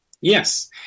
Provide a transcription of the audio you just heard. Yes